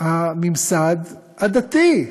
הממסד הדתי.